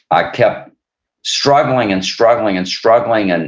i kept struggling, and struggling, and struggling, and